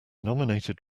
nominated